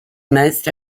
most